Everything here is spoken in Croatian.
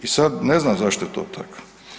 I sad ne znam zašto je to tako.